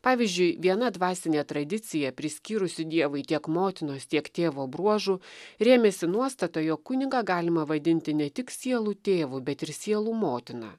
pavyzdžiui viena dvasinė tradicija priskyrusi dievui tiek motinos tiek tėvo bruožų rėmėsi nuostata jog kunigą galima vadinti ne tik sielų tėvu bet ir sielų motina